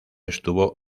estuvo